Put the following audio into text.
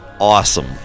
awesome